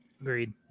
Agreed